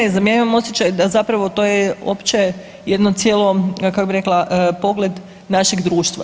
E ne znam, ja imam osjećaj da zapravo to je opće jedno cijelo kako bi rekla, pogled našeg društva.